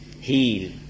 heal